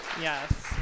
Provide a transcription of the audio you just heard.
Yes